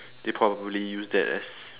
they probably use that as